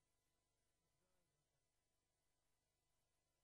מותר לי כחבר כנסת.